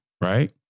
right